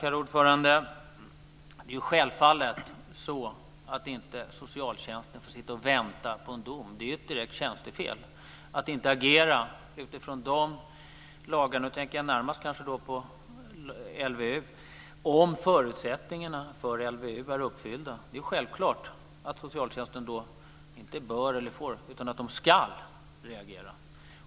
Herr talman! Självfallet får inte socialtjänsten sitta och vänta på en dom. Det är ju ett direkt tjänstefel att inte agera utifrån lagarna, och då tänker jag närmast på LVU. Om förutsättningarna för LVU är uppfyllda är det självklart att socialtjänsten inte bör eller får, utan skall reagera.